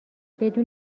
بدون